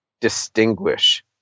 distinguish